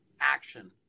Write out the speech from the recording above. action